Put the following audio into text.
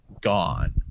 gone